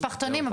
המשפחתונים?